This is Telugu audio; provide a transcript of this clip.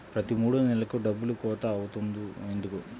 ప్రతి మూడు నెలలకు డబ్బులు కోత అవుతుంది ఎందుకు?